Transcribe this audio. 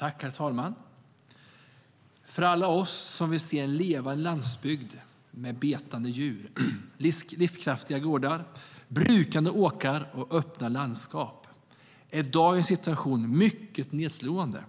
Herr talman! För alla oss som vill se en levande landsbygd med betande djur, livskraftiga gårdar, brukade åkrar och öppna landskap är dagens situation mycket nedslående.